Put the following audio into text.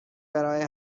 برای